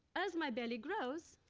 as my belly grows,